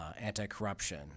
anti-corruption